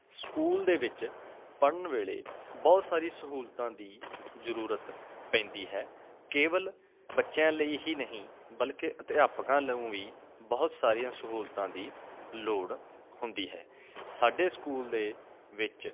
school ਦੇ ਵਿੱਚ ਪੜ੍ਹਨ ਵੇਲੇ ਬਹੁਤ ਸਾਰੀ ਸਹੂਲਤਾਂ ਦੀ ਜ਼ਰੂਰਤ ਪੈਂਦੀ ਹੈ ਕੇਵਲ ਬੱਚਿਆਂ ਲਈ ਹੀ ਨਹੀਂ ਬਲਕਿ ਅਧਿਆਪਕਾਂ ਨੂੰ ਵੀ ਬਹੁਤ ਸਾਰੀਆਂ ਸਹੂਲਤਾਂ ਦੀ ਲੋੜ ਹੁੰਦੀ ਹੈ ਸਾਡੇ ਸਕੂਲ ਦੇ ਵਿੱਚ